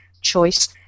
choice